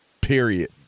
period